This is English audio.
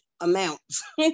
amounts